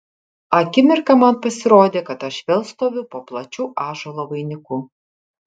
akimirką man pasirodė kad aš vėl stoviu po plačiu ąžuolo vainiku